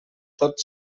tot